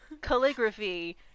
calligraphy